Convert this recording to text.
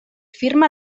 firma